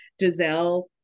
Giselle